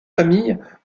famille